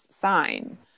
sign